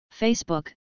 Facebook